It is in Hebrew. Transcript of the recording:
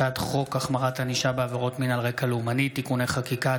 הצעת חוק החמרת ענישה בעבירות מין על רקע לאומני (תיקוני חקיקה),